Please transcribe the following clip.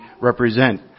represent